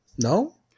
No